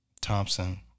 Thompson